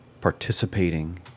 participating